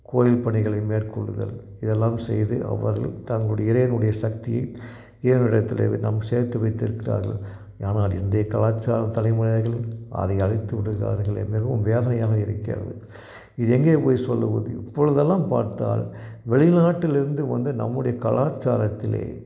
கோயில் பணிகளை மேற்கொள்ளுதல் இதெல்லாம் செய்து அவர்கள் தங்ளுடைய இறைவனுடைய சக்தியை இறைவன் இடத்தில் வை நம் சேர்த்து வைத்து இருக்கிறார்கள் ஆனால் இன்றைய கலாச்சார தலைமுறைகள் அதை அழித்து விடுகிறார்கள் என் மிகவும் வேதனையாக இருக்கிறது இது எங்கே போய் சொல்லுவது இப்பொழுதெல்லாம் பார்த்தால் வெளிநாட்டில் இருந்து வந்து நம்முடைய கலாச்சாரத்திலே